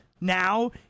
now